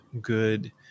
good